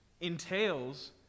entails